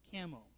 camo